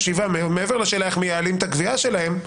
מעבר לשאלה איך מייעלים את הגבייה שלהם,